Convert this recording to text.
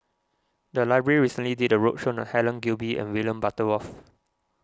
the library recently did a roadshow on Helen Gilbey and William Butterworth